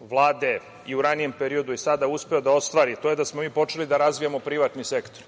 Vlade i u ranijem periodu i sada uspeo da ostvari, a to je da smo mi počeli da razvijamo privatni sektor.